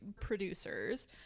producers